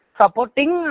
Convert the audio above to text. supporting